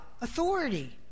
authority